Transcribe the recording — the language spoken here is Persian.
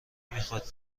میخواد